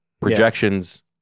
projections